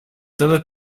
todo